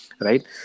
right